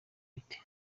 bite